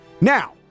Now